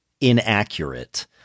inaccurate